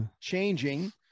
changing